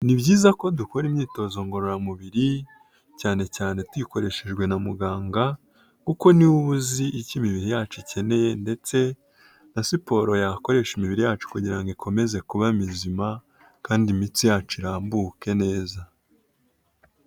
Ni byiza ko dukora imyitozo ngororamubiri cyane cyane tukoreshejwe na muganga, kuko niwe uzi icyo imibiri yacu ikeneye ndetse na siporo yakoresha imibiri yacu kugira ngo ikomeze kuba mizima, kandi imitsi yacu irambuke neza.